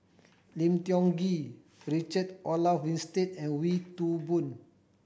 Lim Tiong Ghee Richard Olaf Winstedt and Wee Toon Boon